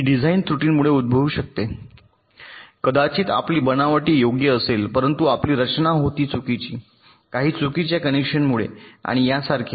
हे डिझाइन त्रुटींमुळे उद्भवू शकते कदाचित आपली बनावटी योग्य असेल परंतु आपली रचना होती चुकीचे काही चुकीच्या कनेक्शनमुळे आणि यासारखे